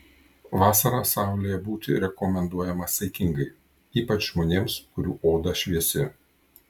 vasarą saulėje būti rekomenduojama saikingai ypač žmonėms kurių oda šviesi